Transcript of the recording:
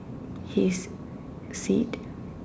his seat